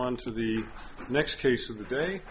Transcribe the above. on to the next case of the day